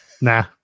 Nah